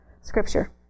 scripture